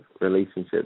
relationship